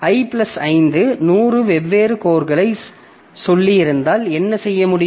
i plus 5 100 வெவ்வேறு கோர்களை சொல்லியிருந்தால் என்ன செய்ய முடியும்